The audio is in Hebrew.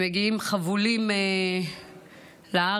הם מגיעים חבולים לארץ,